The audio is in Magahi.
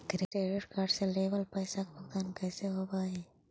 क्रेडिट कार्ड से लेवल पैसा के भुगतान कैसे होव हइ?